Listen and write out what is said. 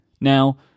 Now